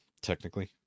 Technically